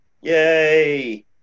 Yay